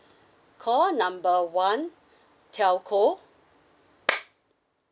call number one telco